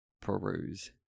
peruse